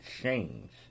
change